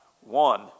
one